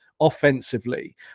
offensively